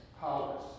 powers